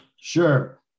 Sure